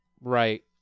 right